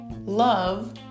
Love